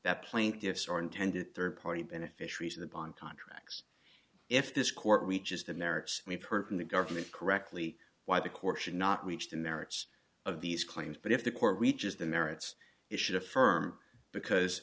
that plaintiffs are intended third party beneficiaries of the bond contracts if this court reaches the merits we've heard from the government correctly why the court should not reach the merits of these claims but if the court reaches the merits it should affirm because